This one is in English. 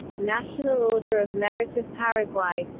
national order of merit of paraguay